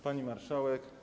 Pani Marszałek!